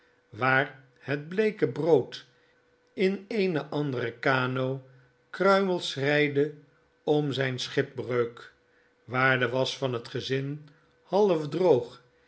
waar het bleeke brood in eene andere kanoe kruimels schreidde om zjjne schipbreuk waar de wasch van het gezin half droog